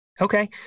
okay